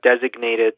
designated